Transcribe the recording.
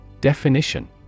Definition